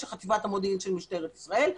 של חטיבת המודיעין של משטרת ישראל,